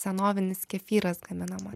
senovinis kefyras gaminamas